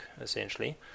essentially